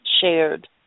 shared